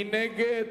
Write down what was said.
מי נגד?